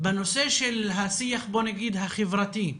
בנושא של השיח בוא נגיד החברתי,